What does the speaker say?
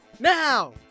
now